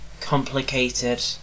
complicated